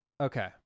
Okay